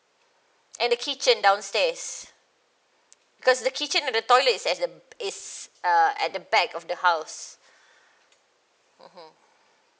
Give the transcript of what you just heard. and the kitchen downstairs because the kitchen and the toilet is at is uh at the back of the house (uh huh)